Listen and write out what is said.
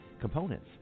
Components